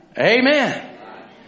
Amen